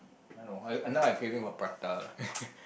I don't know I now I craving for prata lah